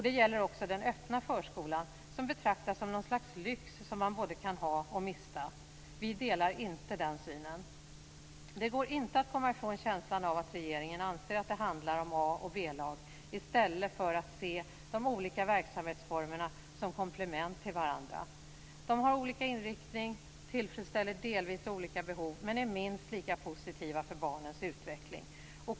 Det gäller också den öppna förskolan, som betraktas som något slags lyx som man både kan ha och mista. Vi delar inte den synen. Det går inte att komma ifrån känslan att regeringen anser att det handlar om A och B-lag i stället för att se de olika verksamhetsformerna som komplement till varandra. De har olika inriktning och tillfredsställer delvis olika behov, men är minst lika positiva för barnens utveckling.